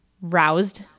roused